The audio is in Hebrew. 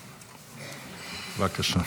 בבקשה.